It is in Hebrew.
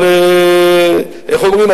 אבל איך אומרים,